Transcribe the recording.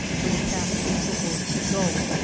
where the passengers were ordered to go.